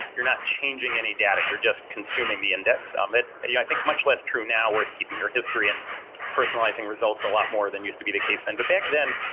you're not changing any data. you're just consuming the index. um yeah i think much less true now where it's keeping your history and personalizing results a lot more than used to be the case then. but back then,